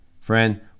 Friend